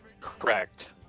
Correct